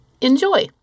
Enjoy